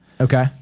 Okay